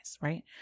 right